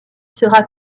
sera